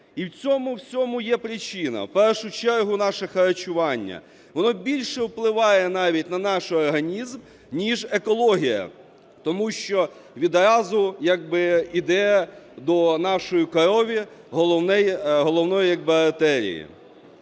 всьому є причина – в першу чергу наше харчування. Воно більше впливає навіть на наш організм, ніж екологія, тому що відразу як би іде до нашої крові, головної як би артерії.